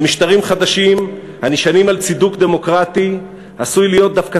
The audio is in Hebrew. למשטרים חדשים הנשענים על צידוק דמוקרטי עשוי להיות דווקא